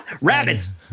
Rabbits